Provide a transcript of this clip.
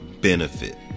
benefit